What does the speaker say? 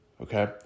Okay